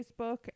Facebook